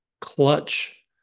clutch